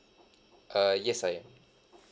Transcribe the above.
uh yes I am